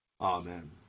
Amen